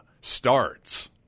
starts